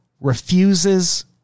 refuses